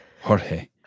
Jorge